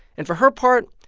and for her part,